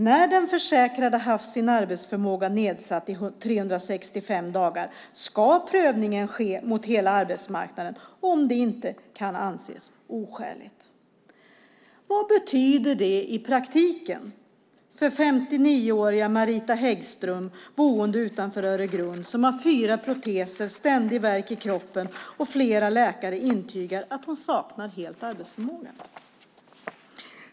När den försäkrade haft sin arbetsförmåga nedsatt i 365 dagar ska prövningen ske mot hela arbetsmarknaden om det inte kan anses oskäligt. Vad betyder det i praktiken för 59-åriga Marita Häggström boende utanför Öregrund som har fyra proteser och ständig värk i kroppen? Flera läkare intygar att hon helt saknar arbetsförmåga.